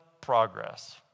progress